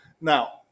Now